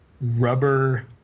rubber